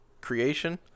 creation